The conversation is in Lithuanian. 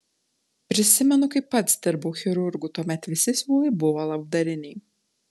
prisimenu kai pats dirbau chirurgu tuomet visi siūlai buvo labdariniai